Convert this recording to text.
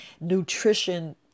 nutrition